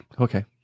Okay